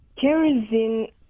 kerosene